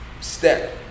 step